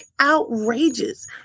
outrageous